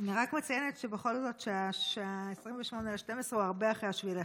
אני רק מציינת בכל זאת ש-28 בדצמבר הוא הרבה אחרי 7 בנובמבר.